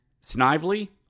Snively